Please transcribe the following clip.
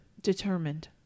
determined